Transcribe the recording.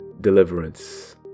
deliverance